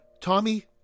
Tommy